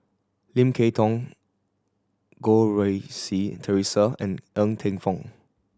Lim Kay Tong Goh Rui Si Theresa and Ng Teng Fong